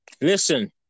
Listen